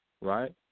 right